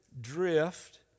drift